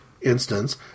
instance